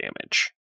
damage